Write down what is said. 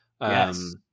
Yes